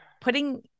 putting